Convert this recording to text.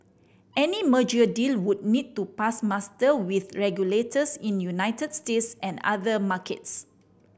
any merger deal would need to pass muster with regulators in United States and other markets